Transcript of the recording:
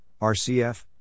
RCF